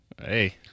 Hey